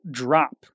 drop